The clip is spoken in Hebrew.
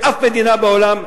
שאף מדינה בעולם,